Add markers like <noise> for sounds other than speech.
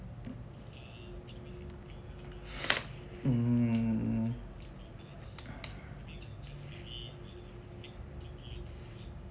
<breath> um